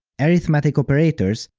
arithmetic operators,